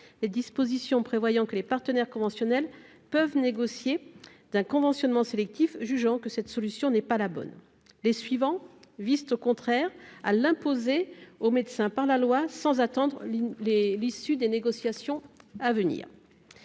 les dispositions prévoyant que les partenaires conventionnels peuvent négocier un conventionnement sélectif, au motif que cette solution ne serait pas la bonne. Les suivants visent, au contraire, à l'imposer aux médecins par la loi, sans attendre l'issue des négociations à venir.